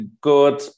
good